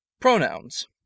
Pronouns